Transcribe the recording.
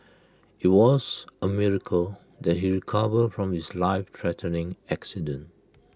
IT was A miracle that he recovered from his lifethreatening accident